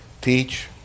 teach